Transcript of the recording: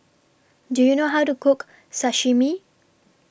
Do YOU know How to Cook Sashimi